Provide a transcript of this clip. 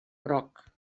groc